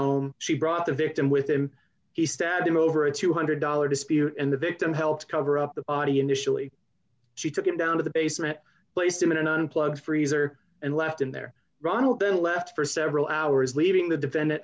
home she brought the victim with him he stabbed him over a two one hundred dollars spirit and the victim helped cover up the body initially she took him down to the basement placed him in an unplugged freezer and left him there ronald then left for several hours leaving the defendant